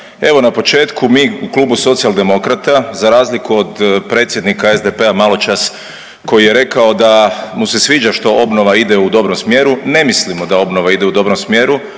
evo na početku mi u klubu Socijaldemokrata za razliku od predsjednika SDP-a malo čas koji je rekao da mu se sviđa što obnova ide u dobrom smjeru, ne mislimo da obnova ide u dobrom smjeru.